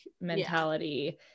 mentality